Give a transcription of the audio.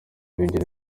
b’ingeri